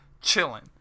chilling